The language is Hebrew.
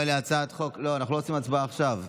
לא, אנחנו לא עושים הצבעה עכשיו.